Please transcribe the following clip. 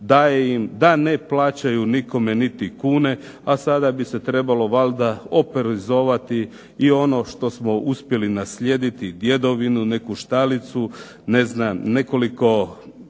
da ne plaćaju nikome niti kune, a sada bi se trebalo valjda oporezovati i ono što smo uspjeli naslijediti djedovinu, neku štalicu, ne znam nekoliko